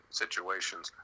situations